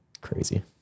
crazy